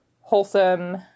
wholesome